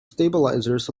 stabilizers